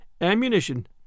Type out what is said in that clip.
ammunition